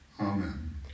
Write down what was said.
Amen